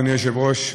אדוני היושב-ראש,